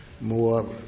more